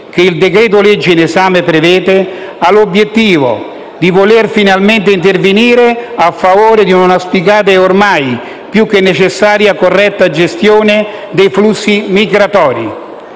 che il decreto-legge in esame prevede, ha l'obiettivo di voler finalmente intervenire a favore di un'auspicata e ormai più che necessaria gestione corretta dei flussi migratori,